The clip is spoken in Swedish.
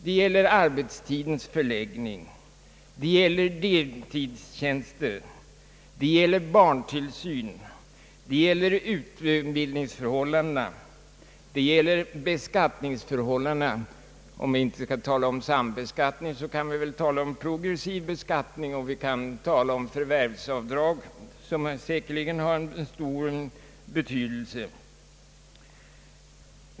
Det gäller arbetstidens förläggning, det gäller deltidstjänster, det gäller barntillsyn, det gäller utbildningsförhållandena och det gäller beskattningsförhållandena; om vi nu inte kan tala om sambeskattning så kan vi väl tala om progressiv beskattning och om förvärvsavdrag, det sista något som säkerligen har en stor betydelse.